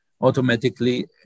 automatically